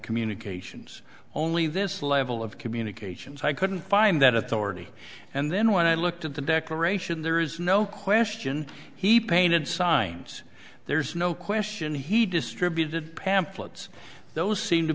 communications only this level of communications i couldn't find that authority and then when i looked at the declaration there is no question he painted signs there's no question he distributed pamphlets those seem to